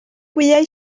wyau